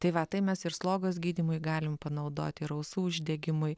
tai va tai mes ir slogos gydymui galim panaudot ir ausų uždegimui